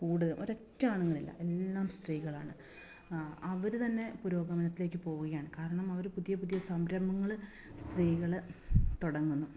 കൂടെ ഒരൊറ്റ ആണുങ്ങളില്ല എല്ലാം സ്ത്രീകളാണ് അവർ തന്നെ പുരോഗമനത്തിലേക്ക് പോവുകയാണ് കാരണം അവർ പുതിയ പുതിയ സംരംഭങ്ങൾ സ്ത്രീകൾ തുടങ്ങുന്നു